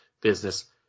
business